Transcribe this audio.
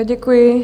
Děkuji.